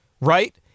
right